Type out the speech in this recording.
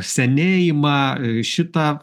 senėjimą šitą